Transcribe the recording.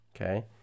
Okay